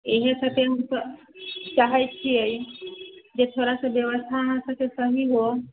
इएहसब चाहै छिए जे थोड़ा सा बेबस्था अहाँसबके सही हो